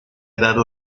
dado